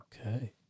Okay